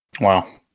wow